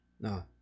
No